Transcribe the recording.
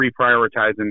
reprioritizing